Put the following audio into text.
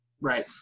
Right